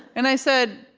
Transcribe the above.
and i said,